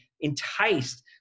enticed